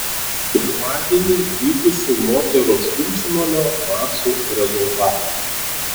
pirmadienį vykusių moterų aštuntfinalio mačų rezultatai